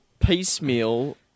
piecemeal